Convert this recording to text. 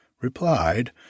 replied